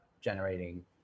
generating